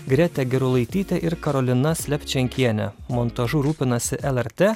greta gerulaitytė ir karolina slepčenkienė montažu rūpinasi lrt